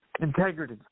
integrity